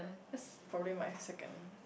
that's probably my second